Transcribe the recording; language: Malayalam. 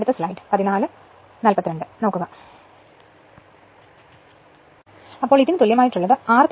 അതിനാൽ അതിനു തുല്യമായിട്ടുള്ളത് r Thevenin j x Thevenin ആണ്